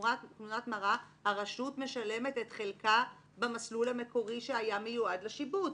כתמונת מראה הרשות משלמת את חלקה במסלול המקורי שהיה מיועד לשיבוץ.